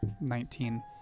Nineteen